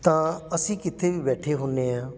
ਤਾਂ ਅਸੀਂ ਕਿਤੇ ਵੀ ਬੈਠੇ ਹੁੰਦੇ ਹਾਂ